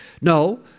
No